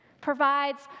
provides